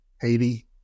Haiti